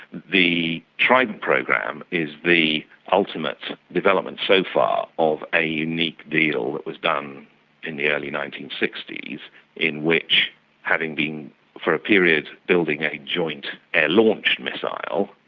the trident program is the ultimate development so far of a unique deal that was done in the early nineteen sixty s in which having been for a period building a joint air launch missile,